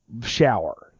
shower